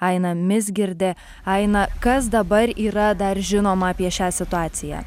aina mizgirdė aina kas dabar yra dar žinoma apie šią situaciją